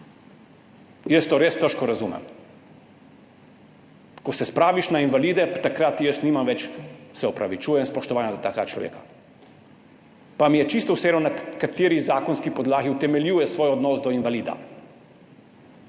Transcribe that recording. Jaz to res težko razumem. Ko se spraviš na invalide, takrat jaz nimam več spoštovanja do takega človeka, se opravičujem. Pa mi je čisto vseeno, na kateri zakonski podlagi utemeljuje svoj odnos do invalida.